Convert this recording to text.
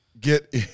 get